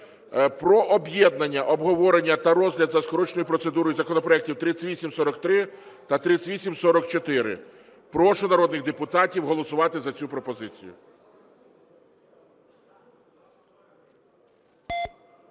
про об'єднання обговорення та розгляд за скороченою процедурою законопроектів 3843 та 3844. Прошу народних депутатів голосувати за цю пропозицію.